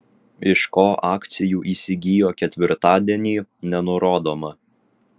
iš ko akcijų įsigijo ketvirtadienį nenurodoma